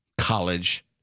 college